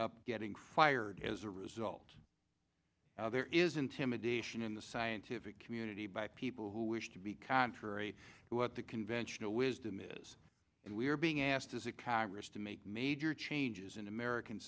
up getting fired as a result there is intimidation in the scientific community by people who wish to be contrary to what the conventional wisdom is and we are being asked as a congress to make major changes in american